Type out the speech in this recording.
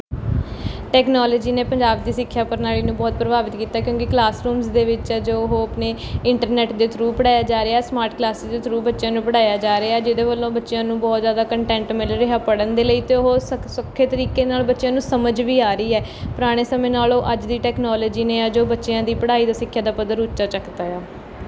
technology ਨੇ ਪੰਜਾਬ ਦੀ ਸਿੱਖਿਆ ਪ੍ਰਣਾਲੀ ਨੂੰ ਬਹੁਤ ਪ੍ਰਭਾਵਿਤ ਕੀਤਾ ਕਿਉਂਕਿ ਕਲਾਸ ਰੂਮਜ਼ ਦੇ ਵਿੱਚ ਜੋ ਉਹ ਆਪਣੇ ਇੰਟਰਨੈਟ ਦੇ ਥਰੂ ਪੜ੍ਹਾਇਆ ਜਾ ਰਿਹਾ ਸਮਾਟ ਕਲਾਸ ਦੇ ਥਰੂ ਬੱਚਿਆਂ ਨੂੰ ਪੜ੍ਹਾਇਆ ਜਾ ਰਿਹਾ ਜਿਹਦੇ ਵੱਲੋਂ ਬੱਚਿਆਂ ਨੂੰ ਬਹੁਤ ਜ਼ਿਆਦਾ ਕੰਟੈਂਟ ਮਿਲ ਰਿਹਾ ਪੜ੍ਹਨ ਦੇ ਲਈ ਅਤੇ ਉਹ ਸਖ ਸੌਖੇ ਤਰੀਕੇ ਨਾਲ ਬੱਚਿਆਂ ਨੂੰ ਸਮਝ ਵੀ ਆ ਰਹੀ ਹੈ ਪੁਰਾਣੇ ਸਮੇਂ ਨਾਲੋਂ ਅੱਜ ਦੀ ਟੈਕਨੋਲਜੀ ਨੇ ਆ ਜੋ ਬੱਚਿਆਂ ਦੀ ਪੜ੍ਹਾਈ ਦਾ ਸਿੱਖਿਆ ਦਾ ਪੱਧਰ ਉੱਚਾ ਚੱਕਤਾ ਏ ਆ